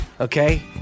okay